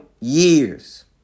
years